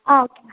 ah okay ma'am